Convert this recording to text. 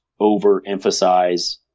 overemphasize